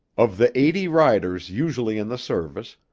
of the eighty riders usually in the service,